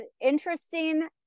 interesting